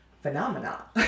Phenomena